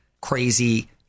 Crazy